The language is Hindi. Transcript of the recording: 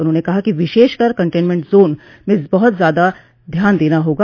उन्होंने कहा कि विशेषकर कंटेनमेंट जोन में बहुत ज्यादा ध्यान देना होगा